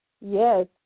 Yes